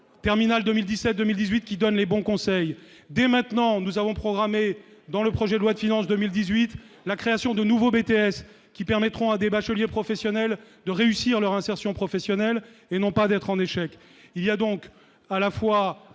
terminales2017-2018.fr, qui existe, donne les bons conseils. Dès maintenant, nous programmons, au travers du projet de loi de finances pour 2018, la création de nouveaux BTS, qui permettront à des bacheliers professionnels de réussir leur insertion professionnelle au lieu d'être en échec. Il y a ainsi, à la fois,